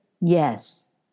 yes